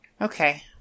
Okay